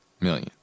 million